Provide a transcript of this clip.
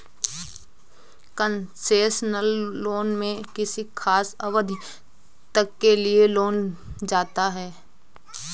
concessional loan में किसी खास अवधि तक के लिए लोन दिया जाता है